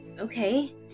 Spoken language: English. Okay